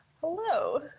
Hello